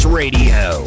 radio